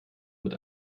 mit